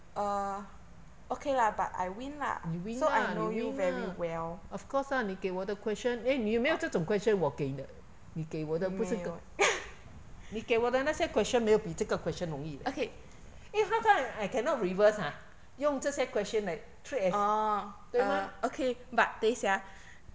you win lah you win lah of course lah 你给我的 question eh 你没有这种 question 我给的你给我的不是都你给我的那些 question 没有比这个 question 容易 leh eh how come I I cannot reverse ah 用这些 question 来 trade as 对吗